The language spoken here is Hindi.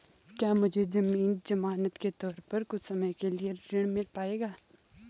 क्या मुझे ज़मीन ज़मानत के तौर पर कुछ समय के लिए ऋण मिल पाएगा?